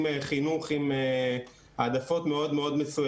למשל שהוקמה שכונה חדשה במקום מסוים,